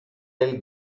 del